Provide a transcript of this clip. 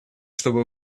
чтобы